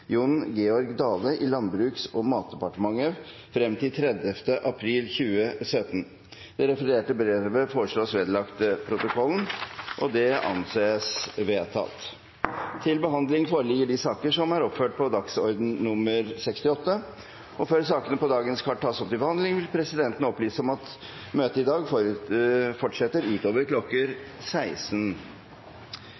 Jon Georg Dale i Landbruks- og matdepartementet frem til 30. april 2017.» Presidenten foreslår at det refererte brevet vedlegges protokollen. – Det anses vedtatt. Før sakene på dagens kart tas opp til behandling, vil presidenten opplyse om at møtet i dag fortsetter